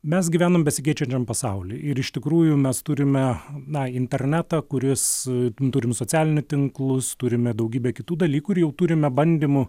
mes gyvenam besikeičiančiam pasauly ir iš tikrųjų mes turime na internetą kuris turim socialinį tinklus turime daugybę kitų dalykų ir jau turime bandymų